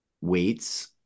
weights